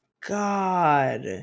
God